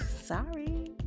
Sorry